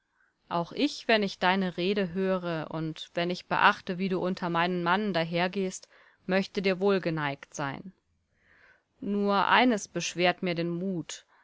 auch ich wenn ich deine rede höre und wenn ich beachte wie du unter meinen mannen dahergehst möchte dir wohlgeneigt sein nur eines beschwert mir den mut